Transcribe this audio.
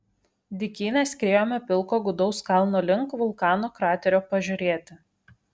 dykyne skriejome pilko gūdaus kalno link vulkano kraterio pažiūrėti